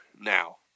now